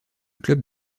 club